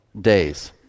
days